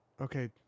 okay